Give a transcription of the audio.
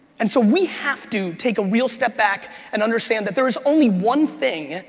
and so we have to take a real step back and understand that there is only one thing,